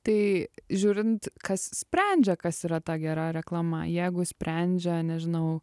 tai žiūrint kas sprendžia kas yra ta gera reklama jeigu sprendžia nežinau